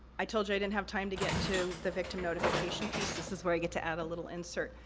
i told you i didn't have time to get into the victim notification piece, this is where i get to add a little insert.